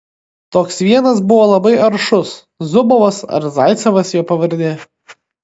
toks vienas buvo labai aršus zubovas ar zaicevas jo pavardė